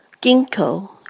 Ginkgo